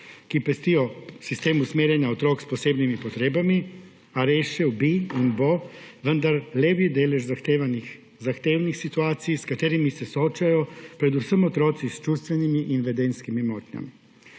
ki pestijo sistem usmerjanja otrok s posebnimi potrebami; a rešil bi in bo, vendar levji delež zahtevnih situacij, s katerimi se soočajo predvsem otroci s čustvenimi in vedenjskimi motnjami.